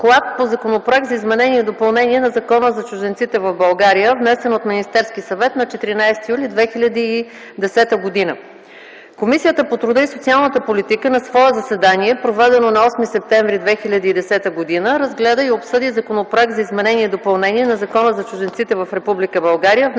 по Законопроект за изменение и допълнение на Закона за чужденците в Република България, № 002-01-65, внесен от Министерския съвет на 14 юли 2010 г. Комисията по труда и социалната политика на свое заседание, проведено на 8 септември 2010 г., разгледа и обсъди Законопроект за изменение и допълнение на Закона за чужденците в Република